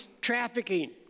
trafficking